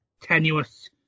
tenuous